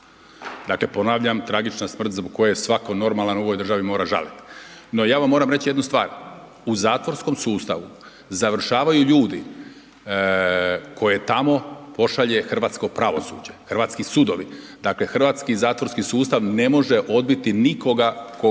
Dakle ponavljam tragična smrt zbog koje svako normalan u ovoj državi mora žalit no ja vam moram reć jednu stvar. U zatvorskom sustavu završavaju ljudi koje tamo pošalje hrvatsko pravosuđe, hrvatski sudovi, dakle hrvatski zatvorski sustav ne može odbiti nikoga kog